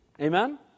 Amen